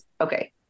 Okay